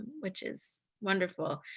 which is wonderful.